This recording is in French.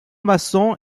maçon